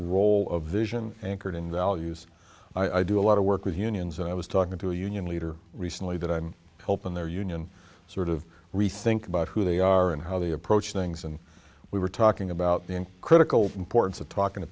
role of vision anchored in the i'll use i do a lot of work with unions and i was talking to a union leader recently that i'm helping their union sort of rethink about who they are and how they approach things and we were talking about being critical importance of talking to